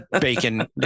bacon